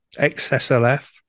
XSLF